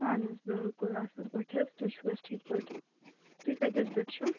اَہن حظ بِکُل اَصٕل پٲٹھۍ حظ تُہۍ چھُو حظ ٹھیٖک پٲٹھۍ تُہۍ کَتہِ حظ پٮ۪ٹھ چھُو